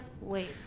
wait